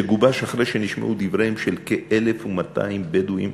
שגובש אחרי שנשמעו דבריהם של כ-1,200 בדואים,